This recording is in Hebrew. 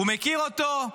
הוא מכיר אותו,